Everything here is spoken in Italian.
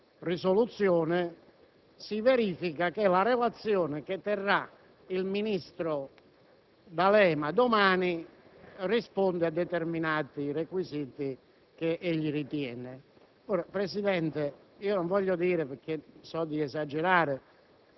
quale si verifica che la relazione che terrà il ministro D'Alema domani risponde a determinati requisiti. Presidente, non voglio dire, perché so di esagerare,